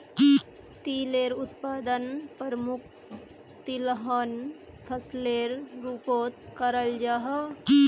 तिलेर उत्पादन प्रमुख तिलहन फसलेर रूपोत कराल जाहा